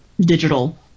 digital